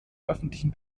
öffentlichen